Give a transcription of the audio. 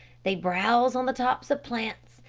they browse on the tops of plants,